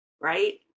right